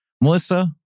Melissa